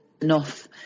enough